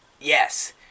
Yes